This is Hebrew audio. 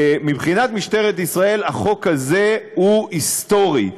מבחינת משטרת ישראל החוק הזה הוא היסטורי.